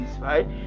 right